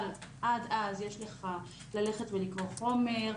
אבל עד אז יש לך ללכת ולקרוא חומר,